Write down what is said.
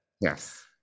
Yes